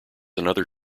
another